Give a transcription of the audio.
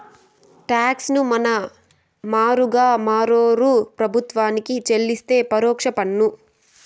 talks ను మన మారుగా మరోరూ ప్రభుత్వానికి చెల్లిస్తే పరోక్ష పన్ను